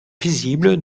visible